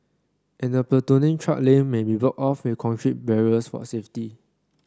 and the platooning truck lane may be blocked off with concrete barriers for safety